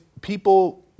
People